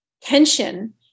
tension